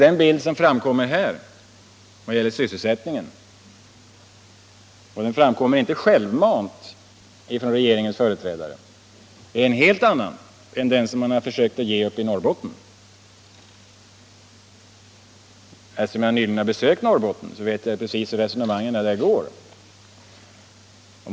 Den bild som framkommer här i vad gäller sysselsättningen — och den ges inte självmant av regeringens företrädare — är en helt annan än den man har försökt ge uppe i Norrbotten. Eftersom jag nyligen har besökt Norrbotten vet jag precis hur resonemangen där går.